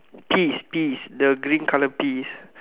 peas peas the green colour peas